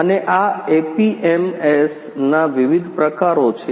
અને આ એપીએમએસના વિવિધ પ્રકારો છે